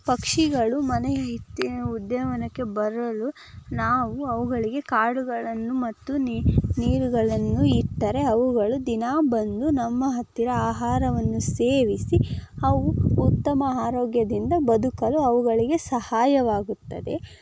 ಪಕ್ಷಿಗಳು ಮನೆಯ ಹಿತ್ತಿ ಉದ್ಯಾನವನಕ್ಕೆ ಬರಲು ನಾವು ಅವುಗಳಿಗೆ ಕಾಳುಗಳನ್ನು ಮತ್ತು ನೀರುಗಳನ್ನು ಇಟ್ಟರೆ ಅವುಗಳು ದಿನಾ ಬಂದು ನಮ್ಮ ಹತ್ತಿರ ಆಹಾರವನ್ನು ಸೇವಿಸಿ ಅವು ಉತ್ತಮ ಆರೋಗ್ಯದಿಂದ ಬದುಕಲು ಅವುಗಳಿಗೆ ಸಹಾಯವಾಗುತ್ತದೆ